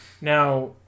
Now